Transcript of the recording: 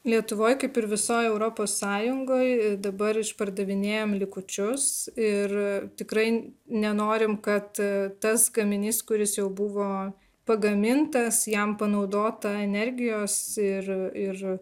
lietuvoj kaip ir visoj europos sąjungoj dabar išpardavinėjam likučius ir tikrai nenorim kad tas gaminys kuris jau buvo pagamintas jam panaudota energijos ir ir